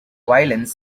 violins